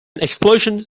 explosion